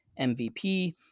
MVP